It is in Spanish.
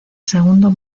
segundo